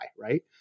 right